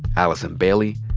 allison bailey,